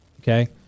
okay